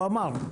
הוא אמר.